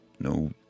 No